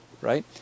right